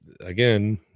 again